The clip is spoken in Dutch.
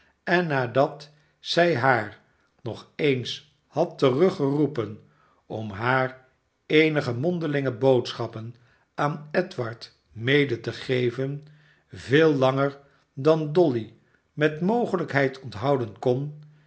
en nadat zij haar nog eens had teruggeroepen om haar eenige mondelinge boodschappen aan edward mede te geven veel langer dan dolly met mogelijkheid onthouden kon